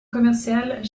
commerciale